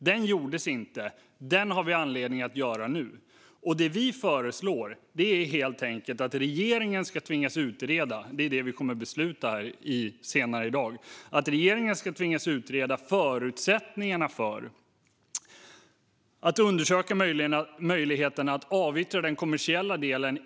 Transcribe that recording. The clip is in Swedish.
Den gjordes inte. Den har vi anledning att göra nu. Det som vi föreslår, och som kammaren kommer att besluta senare i dag, är helt enkelt att regeringen ska tvingas utreda förutsättningarna för att undersöka möjligheterna att avyttra den kommersiella delen.